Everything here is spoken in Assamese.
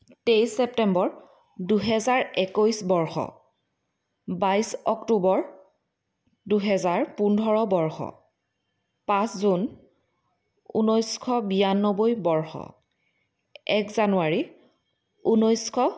তেইছ ছেপ্তেম্বৰ দুহেজাৰ একৈছ বৰ্ষ বাইছ অক্টোবৰ দুহেজাৰ পোন্ধৰ বৰ্ষ পাঁচ জুন ঊনৈছশ বিৰানব্বৈ বৰ্ষ এক জানুৱাৰী ঊনৈছশ